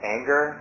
Anger